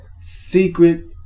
secret